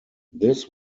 this